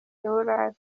eulade